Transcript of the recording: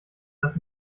dass